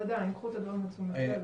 אבל עדיין, קחו את הדברים לתשומת לב.